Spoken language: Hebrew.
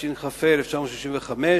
התשכ"ה 1965,